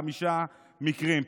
חמישה מקרים,